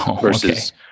versus